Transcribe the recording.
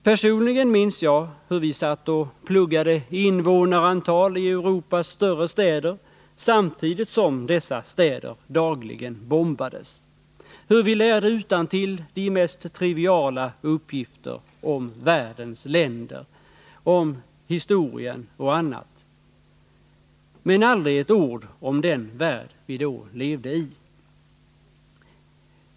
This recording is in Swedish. Personligen minns jag hur vi satt och pluggade invånarantal i Europas större städer samtidigt som dessa städer dagligen bombades, hur vi lärde utantill de mest triviala uppgifter om världens länder, om historien och annat, men aldrig ett ord om den värld vi då levde i.